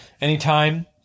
Anytime